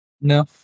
No